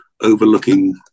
overlooking